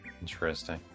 interesting